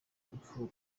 urupfu